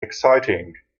exciting